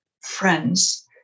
friends